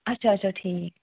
اچھا اچھا ٹھیٖک